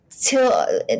till